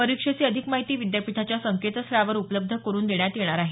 परीक्षेची अधिक माहिती विद्यापीठाच्या संकेतस्थळावर उपलब्ध करुन देण्यात येणार आहे